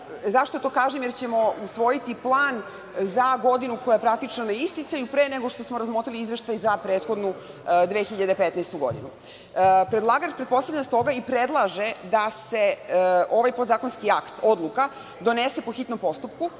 to kažem? Jer ćemo usvojiti plan za godinu koja je praktično na isticaju pre nego što smo razmotrili izveštaj za prethodnu 2015. godinu. Predlagač pretpostavljam stoga i predlaže da se ovaj podzakonski akt, odluka, donese po hitnom postupku